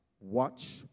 watch